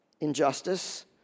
Injustice